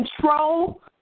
control